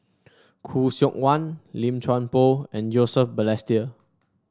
Khoo Seok Wan Lim Chuan Poh and Joseph Balestier